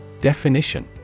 Definition